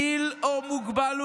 גיל או מוגבלות".